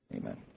Amen